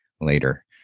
later